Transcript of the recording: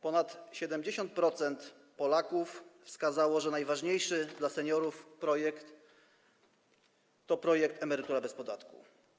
Ponad 70% Polaków wskazało, że najważniejszy dla seniorów projekt to projekt Emerytura bez podatku.